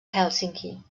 hèlsinki